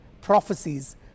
prophecies